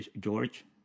George